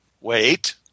wait